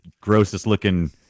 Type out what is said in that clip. grossest-looking